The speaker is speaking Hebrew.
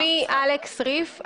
שמי אלכס ריף,